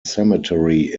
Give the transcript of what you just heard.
cemetery